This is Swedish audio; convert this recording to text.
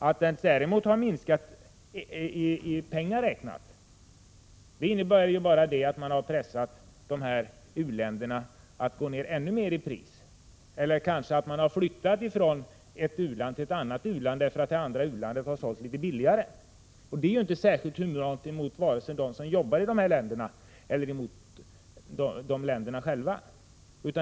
Att den däremot har minskat i pengar räknat innebär bara att man har pressat dessa u-länder att gå ner ännu mer i pris eller att man importerar från ett annat u-land som säljer litet billigare. Det är ju inte särskilt humant mot länderna i fråga.